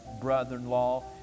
brother-in-law